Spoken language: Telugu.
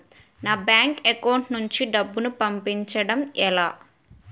నా బ్యాంక్ అకౌంట్ నుంచి డబ్బును పంపించడం ఎలా?